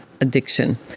addiction